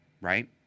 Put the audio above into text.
Right